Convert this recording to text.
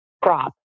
crop